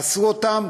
עשו אותן,